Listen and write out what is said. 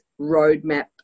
roadmap